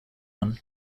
one